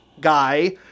guy